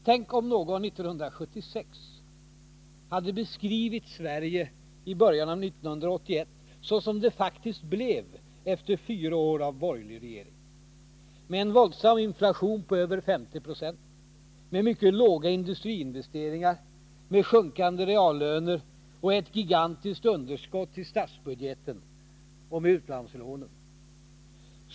Tänk om någon 1976 hade beskrivit Sverige i början av 1981 såsom det faktiskt blev efter fyra år av borgerlig regering: med en våldsam inflation på över 50 20, med mycket låga industriinvesteringar, med sjunkande reallöner, med gigantiskt underskott i statsbudgeten och med utlandslånen!